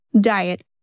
diet